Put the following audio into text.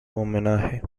homenaje